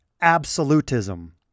absolutism